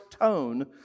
tone